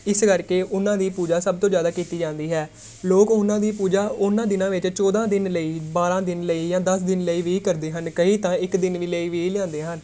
ਇਸ ਕਰਕੇ ਉਹਨਾਂ ਦੀ ਪੂਜਾ ਸਭ ਤੋਂ ਜ਼ਿਆਦਾ ਕੀਤੀ ਜਾਂਦੀ ਹੈ ਲੋਕ ਉਹਨਾਂ ਦੀ ਪੂਜਾ ਉਹਨਾਂ ਦਿਨਾਂ ਵਿੱਚ ਚੌਦਾਂ ਦਿਨ ਲਈ ਬਾਰਾਂ ਦਿਨ ਲਈ ਜਾਂ ਦਸ ਦਿਨ ਲਈ ਵੀ ਕਰਦੇ ਹਨ ਕਈ ਤਾਂ ਇੱਕ ਦਿਨ ਵੀ ਲਈ ਵੀ ਲਿਆਉਂਦੇ ਹਨ